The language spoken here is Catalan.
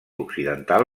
occidental